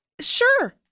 Sure